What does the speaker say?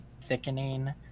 thickening